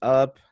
up